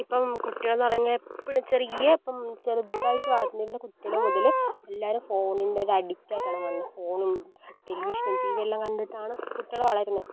ഇപ്പം കുട്ടികൾന്ന് പറഞ്ഞാൽ എപ്പഴും ചെറിയ ഇപ്പം ചെറുതായിട്ട് വളർന്നുവരുന്ന കുട്ടികള് മുതല് എല്ലാവരും ഫോണിൻ്റെ ഒരു അഡിക്റ്റായിട്ടാണ് മാർണെ ഫോണും ടെലിവിഷനും ടിവിയും എല്ലാം കണ്ടിട്ടാണ് കുട്ടികള് വളരുന്നത്